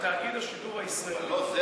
שמו: "תאגיד השידור הישראלי", לא "הציבורי".